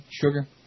sugar